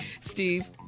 steve